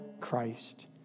Christ